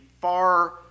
far